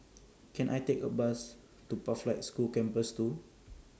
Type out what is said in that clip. Can I Take A Bus to Pathlight School Campus two